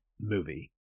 movie